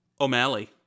o'malley